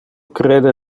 crede